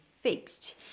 fixed